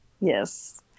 Yes